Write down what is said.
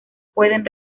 pueden